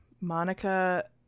Monica